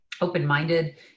open-minded